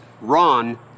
Ron